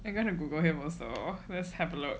you are going to google him also let's have a look